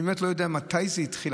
אני באמת לא יודע מתי זה התחיל,